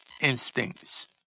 instincts